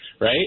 right